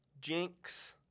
Jinx